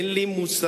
אין לי מושג